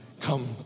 Come